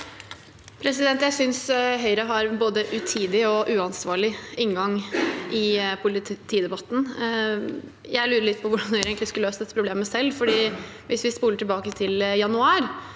Jeg synes Høyre har en både utidig og uansvarlig inngang i politidebatten. Jeg lurer litt på hvordan Høyre skulle løst dette problemet selv, for hvis vi spoler tilbake til januar,